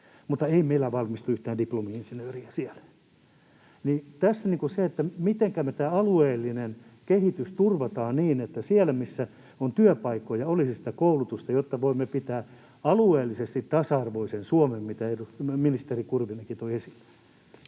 mutta ei meillä valmistu yhtään diplomi-insinööriä siellä. Tässä on se, että mitenkä me tämä alueellinen kehitys turvataan niin, että siellä, missä on työpaikkoja, olisi sitä koulutusta, jotta voimme pitää alueellisesti tasa-arvoisen Suomen, mitä ministeri Kurvinenkin toi esille.